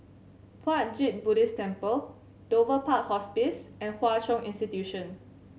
Puat Jit Buddhist Temple Dover Park Hospice and Hwa Chong Institution